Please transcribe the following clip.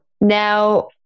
Now